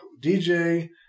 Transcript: DJ